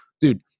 dude